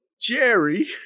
Jerry